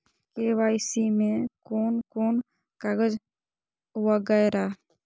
KYC में कोन कोन कागज वगैरा?